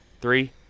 Three